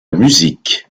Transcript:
musique